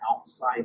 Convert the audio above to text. outside